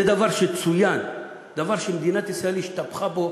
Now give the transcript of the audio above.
זה דבר שצוין, דבר שמדינת ישראל השתבחה בו